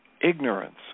ignorance